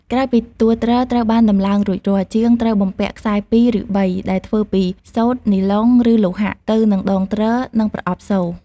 ក្រោយពីតួទ្រត្រូវបានដំឡើងរួចរាល់ ជាងត្រូវបំពាក់ ខ្សែពីរ ឬបី ដែលធ្វើពីសូត្រ នីឡុង ឬលោហៈ ទៅនឹងដងទ្រ និងប្រអប់សូរ។